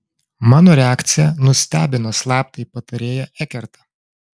mano reakcija nustebino slaptąjį patarėją ekertą